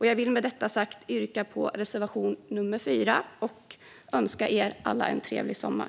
Jag vill med detta sagt yrka bifall till reservation 4 och önska er alla en trevlig sommar.